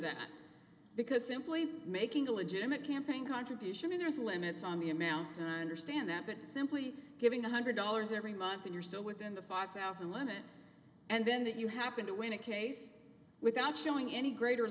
that because simply making a legitimate campaign contribution and there's limits on the amounts and i understand that it simply giving one hundred dollars every month you're still within the five thousand limit and then that you happen to win a case without showing any greater